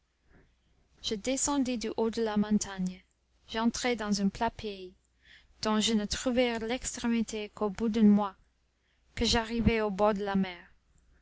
je descendis du haut de la montagne j'entrai dans un plat pays dont je ne trouvai l'extrémité qu'au bout d'un mois que j'arrivai au bord de la mer